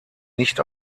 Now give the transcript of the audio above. nicht